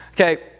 Okay